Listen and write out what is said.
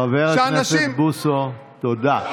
חבר הכנסת בוסו, תודה.